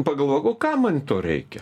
pagalvok o kam man to reikia